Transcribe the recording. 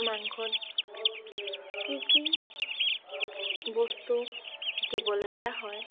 মাংসত কি কি বস্তু দিবলগীয়া হয়